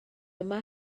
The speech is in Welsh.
yma